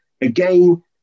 again